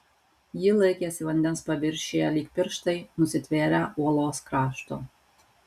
ji laikėsi vandens paviršiuje lyg pirštai nusitvėrę uolos krašto